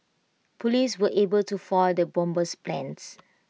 Police were able to foil the bomber's plans